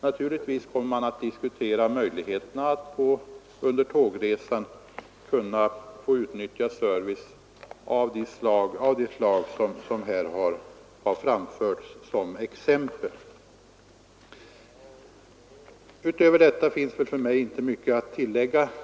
Naturligtvis måste man diskutera möjligheterna att ge tågresenärer service av det slag som herr Westberg har framfört exempel på. Utöver detta finns väl för mig inte mycket att tillägga.